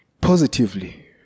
positively